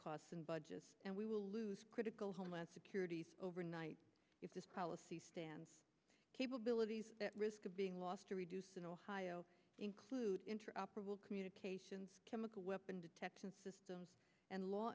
costs and budget and we will lose critical homeland security's overnight if this policy stands capabilities at risk of being lost to reduce an ohio include interoperable communications chemical weapon detection systems and law